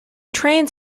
trains